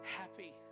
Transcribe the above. happy